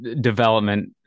development